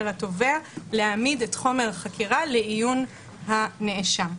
התובע להעמיד את חומר החקירה לעיון הנאשם.